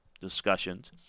discussions